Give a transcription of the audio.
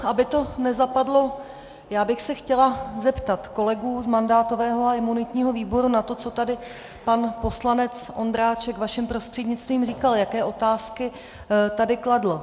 Aby to nezapadlo, já bych se chtěla zeptat kolegů z mandátového a imunitního výboru na to, co tady pan poslanec Ondráček vaším prostřednictvím říkal, jaké otázky tady kladl.